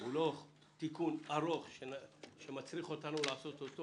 הוא לא תיקון ארוך שמצריך אותנו לעשות אותו